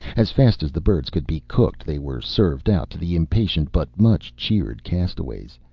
as fast as the birds could be cooked they were served out to the impatient but much cheered castaways,